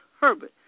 Herbert